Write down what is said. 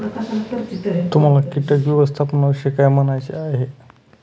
तुम्हाला किटक व्यवस्थापनाविषयी काय म्हणायचे आहे?